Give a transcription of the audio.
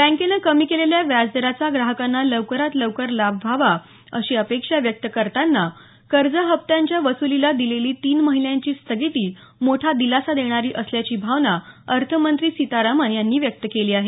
बँकेनं कमी केलेल्या व्याजदराचा ग्राहकांना लवकरात लवकर लाभ व्हावा अशी अपेक्षा व्यक्त करताना कर्ज हप्त्यांच्या वसुलीला दिलेली तीन महिन्यांची स्थगिती मोठा दिलासा देणारी असल्याची भावना अर्थमंत्री सीतारामन यांनी व्यक्त केली आहे